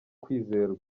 kwizerwa